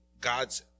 God's